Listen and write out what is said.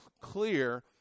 clear